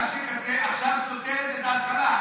מה שהקראת עכשיו סותר את ההתחלה.